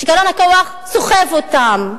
שיכרון הכוח סוחף אותם.